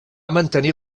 mantenir